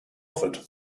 offered